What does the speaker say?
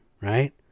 right